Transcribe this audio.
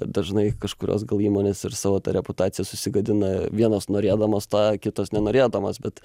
dažnai kažkurios gal įmonės ir savo tą reputaciją susigadina vienos norėdamos tą kitos nenorėdamos bet